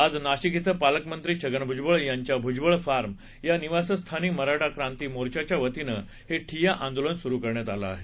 आज नाशिक इथं पालकमंत्री छगन भुजबळ यांच्या भुजबळ फार्म या निवासस्थानी मराठा क्रांती मोर्चाच्या वतीनं हे ठिय्या आंदोलन सुरू करण्यात आलं आहे